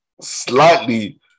slightly